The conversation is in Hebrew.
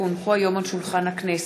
כי הונחו היום על שולחן הכנסת,